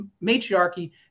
matriarchy